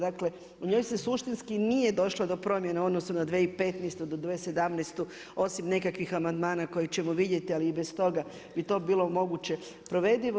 Dakle, u njoj se suštinski nije došlo do promjene u odnosu na 2015. do 2017. osim nekakvih amandmana koje ćemo vidjeti ali i bez toga bi to bilo moguće provedivo.